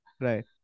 Right